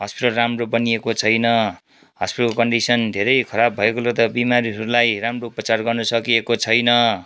hospital राम्रो बनिएको छैन हस्पिटलको कन्डिसन धेरै खराब भएकोले गर्दा बिमारीहरूलाई राम्रो उपचार गर्न सकिएको छैन